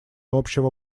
общего